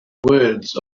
words